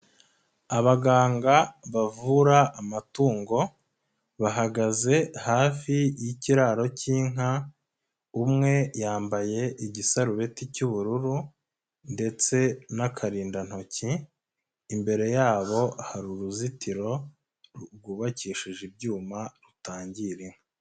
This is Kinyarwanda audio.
Abaganga bavura amatungo, bahagaze hafi y'ikiraro cy'inka, umwe yambaye igisarubeti cy'ubururu ndetse n'akarindantoki, imbere yabo hari uruzitiro rwubakishije ibyuma rutangira inka.